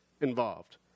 involved